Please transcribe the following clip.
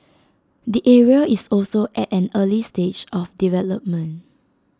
the area is also at an early stage of development